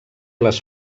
les